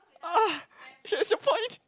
ah here's your point